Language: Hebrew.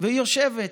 והיא יושבת,